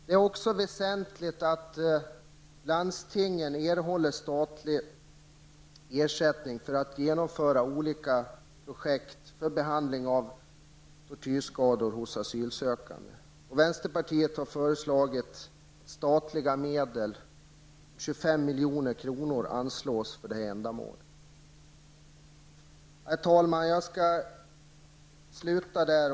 Det är också väsentligt att landstingen erhåller statlig ersättning för att genomföra olika projekt för behandling av tortyrskador hos asylsökande. Vänsterpartiet har föreslagit att statliga medel på 25 miljoner anslås för detta ändamål. Herr talman!